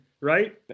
right